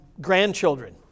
Grandchildren